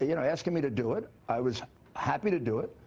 you know asking me to do it. i was happy to do it.